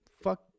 Fuck